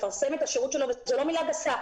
לפרסם את השירות שלו פרסום הוא לא מילה גיסה.